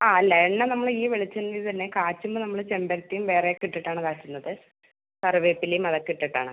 ആ അല്ല എണ്ണ നമ്മള് ഈ വെളിച്ചെണ്ണയിൽ തന്നെ കാച്ചുമ്പോൾ നമ്മള് ചെമ്പരത്തിയും വേറെ ഒക്ക ഇട്ടിട്ട് ആണ് കാച്ചുന്നത് കറിവേപ്പിലയും അതൊക്ക ഇട്ടിട്ട് ആണ്